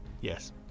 Yes